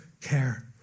care